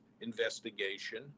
investigation